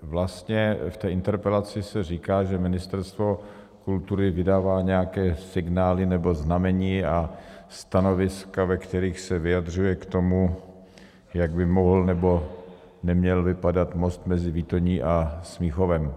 Vlastně v té interpelaci se říká, že Ministerstvo kultury vydává nějaké signály nebo znamení a stanoviska, ve kterých se vyjadřuje k tomu, jak by mohl nebo neměl vypadat most mezi Výtoní a Smíchovem.